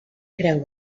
creu